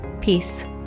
Peace